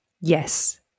Yes